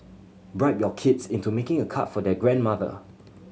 bribe your kids into making a card for their grandmother